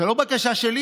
זו לא בקשה שלי.